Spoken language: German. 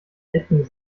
ecken